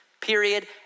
Period